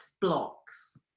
blocks